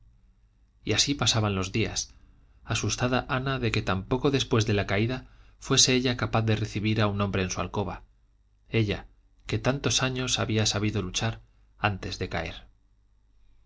y así pasaban los días asustada ana de que tan poco después de la caída fuese ella capaz de recibir a un hombre en su alcoba ella que tantos años había sabido luchar antes de caer